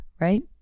right